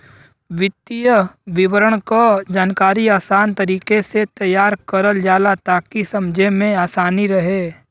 वित्तीय विवरण क जानकारी आसान तरीके से तैयार करल जाला ताकि समझे में आसानी रहे